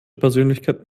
persönlichkeit